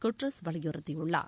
Guterres வலியுறுத்தியுள்ளார்